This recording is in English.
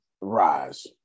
rise